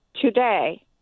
today